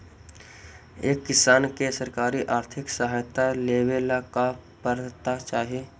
एक किसान के सरकारी आर्थिक सहायता लेवेला का पात्रता चाही?